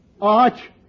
Arch